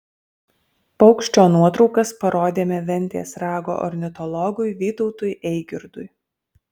paukščio nuotraukas parodėme ventės rago ornitologui vytautui eigirdui